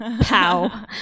Pow